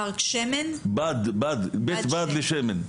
בית בד לשמן.